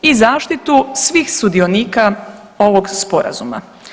I zaštitu svih sudionika ovog Sporazuma.